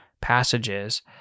passages